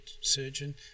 surgeon